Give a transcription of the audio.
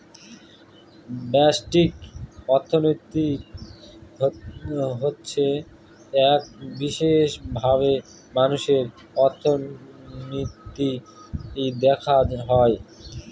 ব্যষ্টিক অর্থনীতি হচ্ছে এক বিশেষভাবে মানুষের অর্থনীতি দেখা হয়